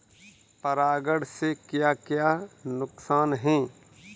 परागण से क्या क्या नुकसान हैं?